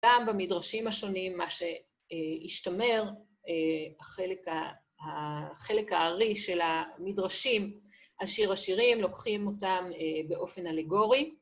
‫גם במדרשים השונים, מה ש... אה... השתמר, ‫אה... החלק ה... ה... החלק הארי של המדרשים על שיר השירים, ‫לוקחים אותם אה... באופן אלגורי.